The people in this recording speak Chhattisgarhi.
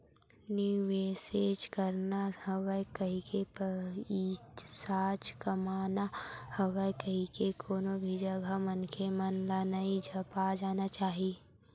निवेसेच करना हवय कहिके, पइसाच कमाना हवय कहिके कोनो भी जघा मनखे मन ल नइ झपा जाना चाही